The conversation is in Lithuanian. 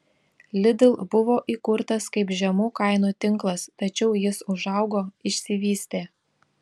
lidl buvo įkurtas kaip žemų kainų tinklas tačiau jis užaugo išsivystė